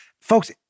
Folks